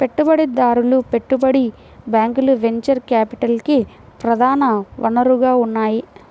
పెట్టుబడిదారులు, పెట్టుబడి బ్యాంకులు వెంచర్ క్యాపిటల్కి ప్రధాన వనరుగా ఉన్నాయి